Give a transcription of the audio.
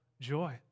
joy